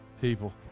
people